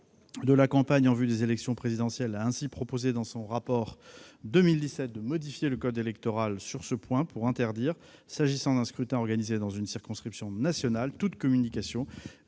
électorale en vue de l'élection présidentielle a ainsi proposé, dans son rapport 2017, de modifier le code électoral sur ce point pour interdire, s'agissant d'un scrutin organisé dans une circonscription nationale, toute communication de